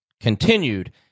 continued